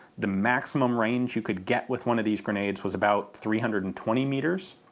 the maximum range you could get with one of these grenades was about three hundred and twenty metres,